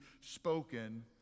spoken